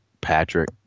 Patrick